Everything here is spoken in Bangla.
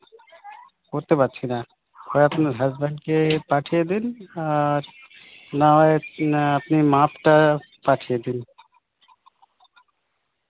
করতে পারছি না হয় আপনার হাজবেন্ডকে পাঠিয়ে দিন আর না হয় আপনি মাপটা পাঠিয়ে দিন